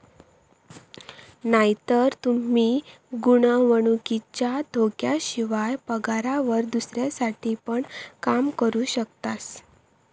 नायतर तूमी गुंतवणुकीच्या धोक्याशिवाय, पगारावर दुसऱ्यांसाठी पण काम करू शकतास